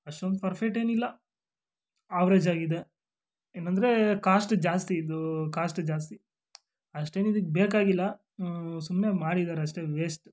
ಅಷ್ಟೊಂದು ಪೆರ್ಫೆಕ್ಟ್ ಏನಿಲ್ಲ ಅವರೇಜಾಗಿದೆ ಏನೆಂದ್ರೆ ಕಾಸ್ಟ್ ಜಾಸ್ತಿ ಇದು ಕಾಸ್ಟ್ ಜಾಸ್ತಿ ಅಷ್ಟೇನಿದ್ಕೆ ಬೇಕಾಗಿಲ್ಲ ಸುಮ್ಮನೆ ಮಾಡಿದ್ದಾರೆ ಅಷ್ಟೇ ವೇಸ್ಟ್